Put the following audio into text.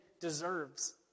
deserves